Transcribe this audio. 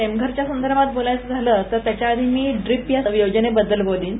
टेमघरच्या योजनेबद्दल बोलायचं झालं तर त्याच्या आधी मी ड्रीप या योजनेबद्दल बोलेन